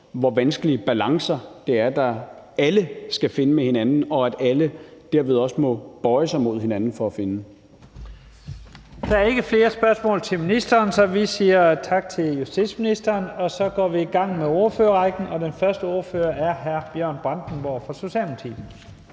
hvor vanskelige balancer, det er, alle skal finde med hinanden, og som alle derved også må bøje sig mod hinanden for at finde. Kl. 11:58 Første næstformand (Leif Lahn Jensen): Der er ikke flere spørgsmål, så vi siger tak til justitsministeren. Så går vi i gang med ordførerrækken, og den første ordfører er hr. Bjørn Brandenborg fra Socialdemokratiet.